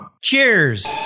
Cheers